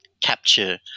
capture